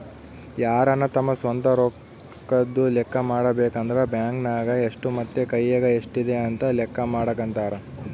ಯಾರನ ತಮ್ಮ ಸ್ವಂತ ರೊಕ್ಕದ್ದು ಲೆಕ್ಕ ಮಾಡಬೇಕಂದ್ರ ಬ್ಯಾಂಕ್ ನಗ ಎಷ್ಟು ಮತ್ತೆ ಕೈಯಗ ಎಷ್ಟಿದೆ ಅಂತ ಲೆಕ್ಕ ಮಾಡಕಂತರಾ